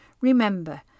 Remember